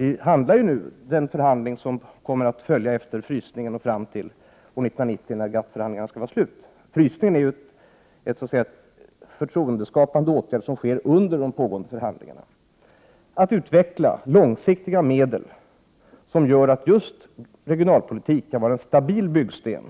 I de förhandlingar som kommer att följa efter frysningen fram till 1990, när GATT-förhandlingarna skall vara avslutade — frysningen är en förtroendeskapande åtgärd som sker under de pågående förhandlingarna — skall man utveckla långsiktiga medel som gör att just regionalpolitiken kan vara en stabil byggsten